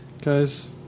guys